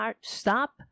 stop